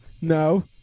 No